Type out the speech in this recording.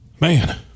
Man